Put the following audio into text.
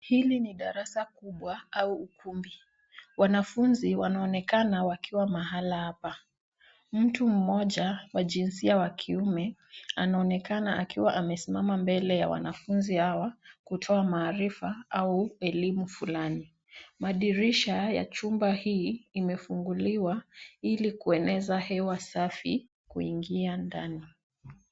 Hili ni darasa kubwa au ukumbi. Wanafunzi wanaonekana wakiwa mahali hapa. Mtu mmoja wa jinsia ya kiume, anaonekana akiwa amesimama mbele ya wanafunzi hawa, kutoa maarifa au elimu fulani. Madirisha ya chumba hiki yamefunguliwa, ili kueneza hewa safi kuingia ndani.